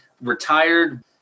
retired